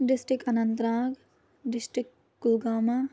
district Anantnag district Kulgam